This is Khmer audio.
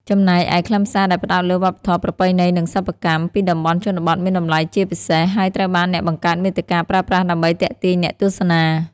ចំណែកឯខ្លឹមសារដែលផ្តោតលើ វប្បធម៌ ប្រពៃណី និងសិប្បកម្ម ពីតំបន់ជនបទមានតម្លៃជាពិសេស ហើយត្រូវបានអ្នកបង្កើតមាតិកាប្រើប្រាស់ដើម្បីទាក់ទាញអ្នកទស្សនា។